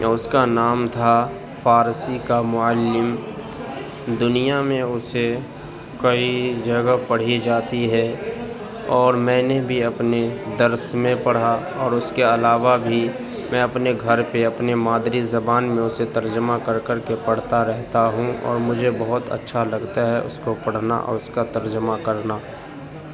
اس کا نام تھا فارسی کا معلم دنیا میں اسے کئی جگہ پڑھی جاتی ہے اور میں نے بھی اپنی درس میں پڑھا اور اس کے علاوہ بھی میں اپنے گھر پہ اپنے مادری زبان میں اسے ترجمہ کر کر کے پڑھتا رہتا ہوں اور مجھے بہت اچھا لگتا ہے اس کو پڑھنا اور اس کا ترجمہ کرنا